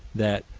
that,